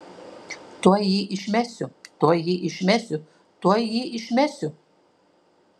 tuoj jį išmesiu tuoj jį išmesiu tuoj jį išmesiu